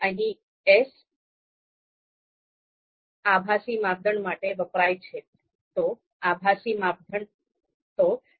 અહીં s આભાસી માપદંડ માટે વપરાય છે